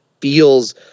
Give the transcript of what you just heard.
feels